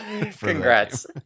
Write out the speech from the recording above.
Congrats